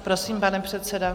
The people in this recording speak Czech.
Prosím, pane předsedo.